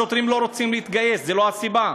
השוטרים לא רוצים להתגייס, זו לא הסיבה.